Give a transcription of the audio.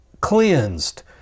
cleansed